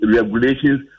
regulations